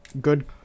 Good